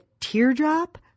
teardrop